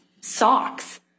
socks